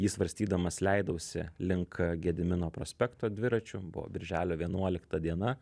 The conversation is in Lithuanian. jį svarstydamas leidausi link gedimino prospekto dviračiu buvo birželio vienuolikta diena